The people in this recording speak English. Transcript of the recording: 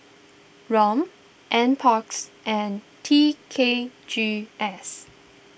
Rom NParks and T K G S